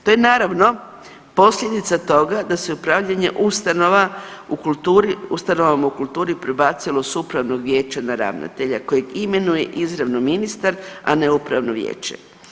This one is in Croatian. To je naravno posljedica toga da se upravljanje ustanova u kulturi, ustanovama u kulturi prebacilo s upravnog vijeća na ravnatelja kojeg imenuje izravno ministar, a ne upravno vijeće.